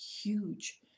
huge